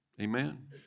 amen